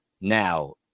Now